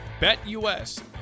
BetUS